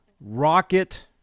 Rocket